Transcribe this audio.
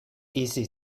easy